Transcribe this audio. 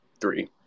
three